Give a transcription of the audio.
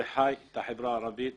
וחי את החברה הערבית